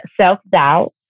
self-doubt